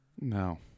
No